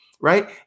right